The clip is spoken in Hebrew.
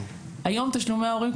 היום תשלומי ההורים,